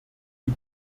die